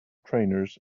trainers